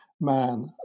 man